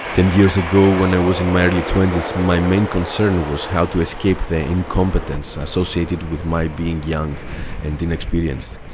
ten years ago, when i was in my early twenty s, my main concern was how to escape the incompetence associated with my being young and inexperienced.